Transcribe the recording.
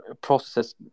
processes